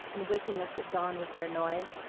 and waking us at dawn with their noise.